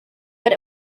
but